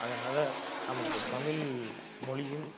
அதனால் நமக்கு தமிழ் மொழியும்